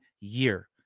year